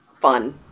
fun